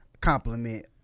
compliment